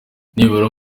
nibura